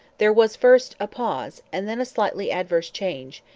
there was, first, a pause, and then a slightly adverse change,